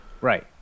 Right